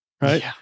right